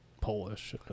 Polish